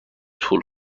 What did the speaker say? طول